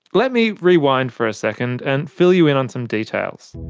let me rewind for a second and fill you in on some details.